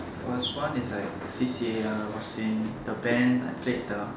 first one is like C_C_A I was in the band I played the